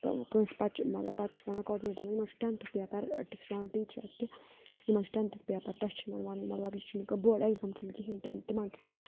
تہٕ کٲنٛسہِ پَتہٕ چھِ مطلب پَتہٕ چھِ وَنان کاڈنیٹَر یِمَن چھُ ٹٮ۪نتھٕ پیپَر ٹیٖچَرَس کہِ یِمَن چھُ ٹٮ۪نتھُک پیپَر تۄہہِ چھُ یِمَن وَنُن مطلب یہِ چھُنہٕ کانٛہہ بوڈ ایٚگزام چھُنہٕ کِہیٖنۍ ٹٮ۪ن تِمَن چھِ تھوڑا